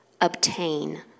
obtain